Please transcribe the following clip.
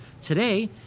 Today